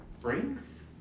brings